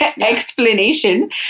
Explanation